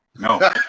no